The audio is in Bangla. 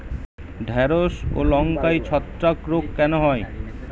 ঢ্যেড়স ও লঙ্কায় ছত্রাক রোগ কেন হয়?